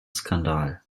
skandal